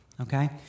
okay